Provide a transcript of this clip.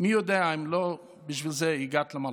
מי יודע אם לא בשביל זה הגעת למלכות.